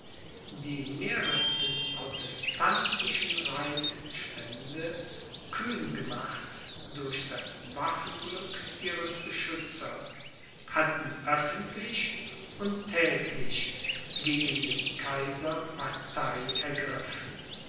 die mehresten protestantischen reichsstände kühn gemacht durch das waffenglück ihres beschützers hatten öffentlich und thätlich gegen den kaiser partei ergriffen